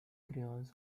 crayons